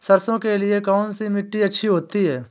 सरसो के लिए कौन सी मिट्टी अच्छी होती है?